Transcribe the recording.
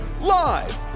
live